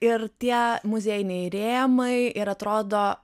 ir tie muziejiniai rėmai ir atrodo